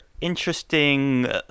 interesting